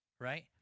right